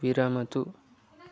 विरमतु